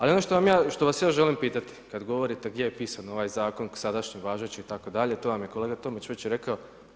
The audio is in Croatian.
Ali ono što vas ja želim pitati, kada govorite gdje je pisan ovaj zakon sadašnji, važeći itd. to vam je kolega Tomić već rekao.